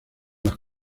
las